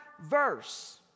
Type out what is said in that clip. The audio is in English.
verse